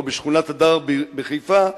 או בשכונת הדר בחיפה,